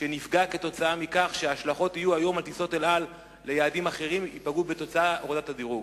כי יהיו השלכות על טיסות "אל על" ליעדים אחרים עקב הורדת הדירוג.